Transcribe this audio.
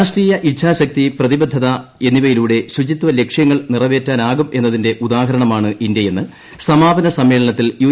രാഷ്ട്രീയ ഇച്ചാശക്തി പ്രതിബദ്ധത എന്നിവയിലൂടെ ശുചിത്വ ലക്ഷ്യങ്ങൾ നിറവേറ്റാനാകുമെന്നതിന്റെ ഉദാഹരണമാണ് ഇന്ത്യയെന്ന് സമാപന സമ്മേളനത്തിൽ യു